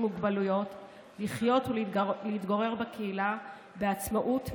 מוגבלויות לחיות ולהתגורר בקהילה בעצמאות מרבית.